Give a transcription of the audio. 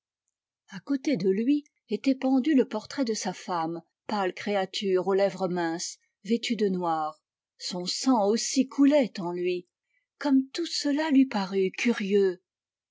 a côté de lui était pendu le portrait de sa femme pâle créature aux lèvres minces vêtue de noir son sang aussi coulait en lui gomme tout cela lui parut curieux